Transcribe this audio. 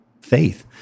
faith